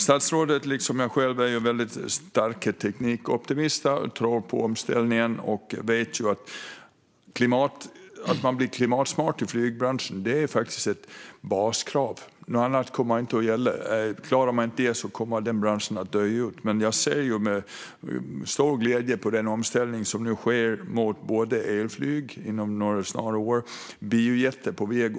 Statsrådet liksom jag själv är starka teknikoptimister och tror på omställningen. Att man blir klimatsmart i flygbranschen är faktiskt ett baskrav. Klarar man inte det kommer branschen att dö ut. Men jag ser med stor glädje på den omställning som nu sker mot elflyg, och biojet är på väg.